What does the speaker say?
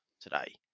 today